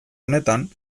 honetan